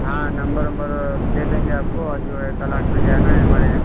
हाँ नंबर ओंबर दे देंगे आपको और जो है कल आठ बजे आना है हमारे यहाँ